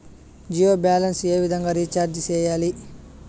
Jio balance ఏ విధంగా recharge సేయాలి?